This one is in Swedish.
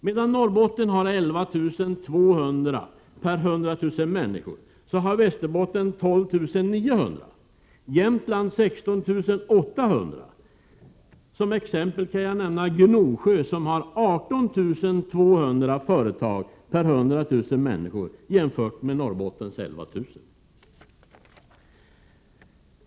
Medan Norrbotten har 11 200 per 100 000 människor, har Västerbotten 12 900 och Jämtland 16 800. Som jämförelse kan nämnas exempelvis att Gnosjö har 18 200 företag per 100 000 människor.